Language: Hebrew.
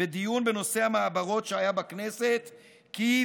בדיון בנושא המעברות שהיה בכנסת כי,